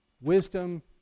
Wisdom